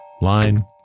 line